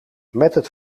het